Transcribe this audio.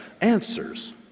answers